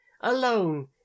alone